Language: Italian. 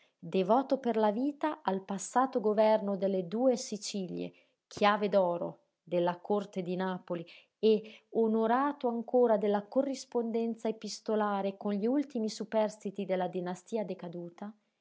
devoto per la vita al passato governo delle due sicilie chiave d'oro della corte di napoli e onorato ancora della corrispondenza epistolare con gli ultimi superstiti della dinastia decaduta